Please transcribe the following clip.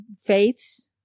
faiths